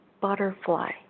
butterfly